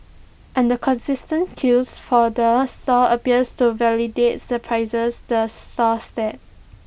and the consistent queues for the stall appears to validates the prices the stall sets